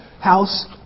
house